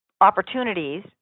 opportunities